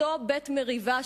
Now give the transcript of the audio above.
אותו בית מריבה,